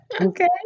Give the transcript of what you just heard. Okay